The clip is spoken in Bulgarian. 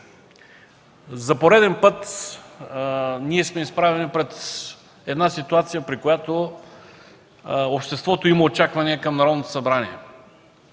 за пореден път сме изправени пред ситуация, при която обществото има очаквания към Народното събрание